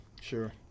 Sure